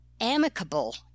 amicable